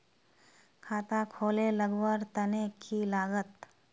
खाता खोले लगवार तने की लागत?